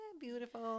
Beautiful